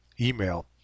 email